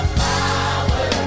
power